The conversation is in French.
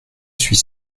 suis